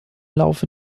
laufe